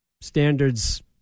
Standards